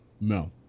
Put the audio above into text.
no